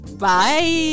bye